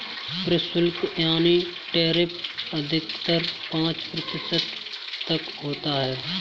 प्रशुल्क यानी टैरिफ अधिकतर पांच प्रतिशत तक होता है